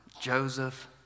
Joseph